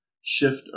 shift